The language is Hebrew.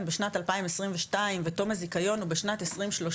בשנת 2022 ותום הזיכיון הוא בשנת 2030,